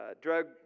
drug